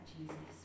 Jesus